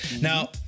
Now